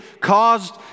caused